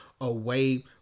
away